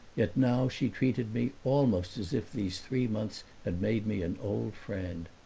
yet now she treated me almost as if these three months had made me an old friend.